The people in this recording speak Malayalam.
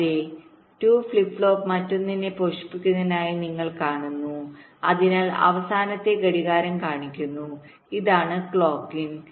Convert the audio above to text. അതേ 2 ഫ്ലിപ്പ് ഫ്ലോപ്പ് മറ്റൊന്നിനെ പോഷിപ്പിക്കുന്നതായി നിങ്ങൾ കാണുന്നു അതിനാൽ അവസാനത്തെ ഘടികാരം കാണിക്കുന്നു ഇതാണ് ക്ലോക്കിംഗ്